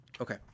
Okay